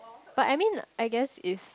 but I mean I guess if